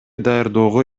даярдоого